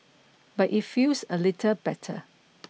but it feels a little better